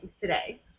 today